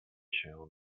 się